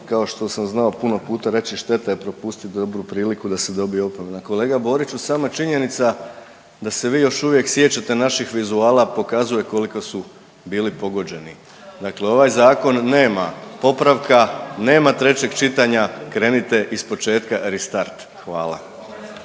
kao što sam znao puno puta reći šteta je propustit dobru priliku da se dobije opomena. Kolega Boriću, sama činjenica da se vi još uvijek sjećate naših vizuala pokazuje koliko su bili pogođeni, dakle ovaj zakon nema popravka, nema trećeg čitanja, krenite ispočetka ristart, hvala.